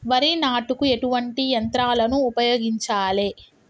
వరి నాటుకు ఎటువంటి యంత్రాలను ఉపయోగించాలే?